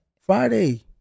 friday